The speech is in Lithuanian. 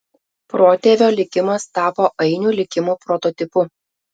protėvio likimas tapo ainių likimo prototipu